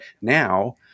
Now